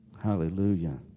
Hallelujah